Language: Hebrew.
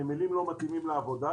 הנמלים לא מתאימים לעבודה,